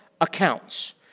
accounts